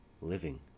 living